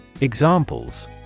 Examples